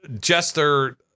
Jester